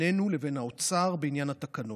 בינינו לבין האוצר בעניין התקנות.